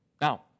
Now